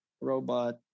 robot